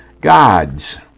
gods